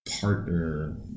partner